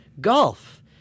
golf